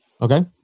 Okay